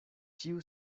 ĉiu